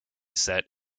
set